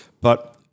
But-